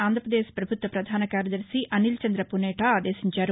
ఆంధ్రాపదేశ్ పభుత్వ పధాన కార్యదర్శి అనిల్ చందాపునేఠా ఆదేశించారు